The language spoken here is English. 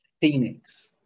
Phoenix